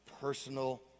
personal